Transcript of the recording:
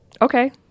Okay